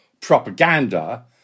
propaganda